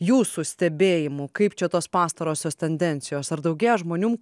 jūsų stebėjimu kaip čia tos pastarosios tendencijos ar daugėja žmonių